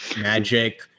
Magic